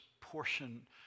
portion